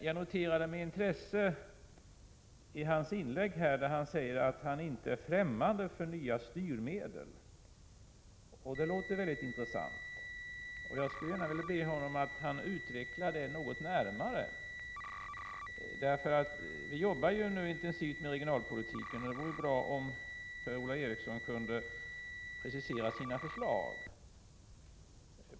Jag noterade med intresse att Per-Ola Eriksson i sitt inlägg sade att han inte var fftämmande för nya styrmedel. Det låter intressant. Jag skulle gärna vilja be honom att utveckla det något närmare. Vi jobbar ju nu intensivt med regionalpolitiken, och det vore bra om Per-Ola Eriksson kunde precisera sina förslag.